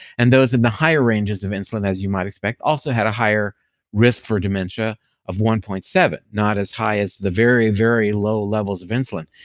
and those in the higher ranges of insulin, as you might expect, also had a higher risk for dementia of one point seven, not as high as the very, very low levels of insulin.